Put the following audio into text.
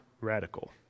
radical